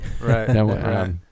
Right